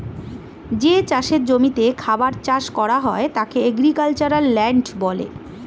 যে চাষের জমিতে খাবার চাষ করা হয় তাকে এগ্রিক্যালচারাল ল্যান্ড বলে